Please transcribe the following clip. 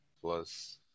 plus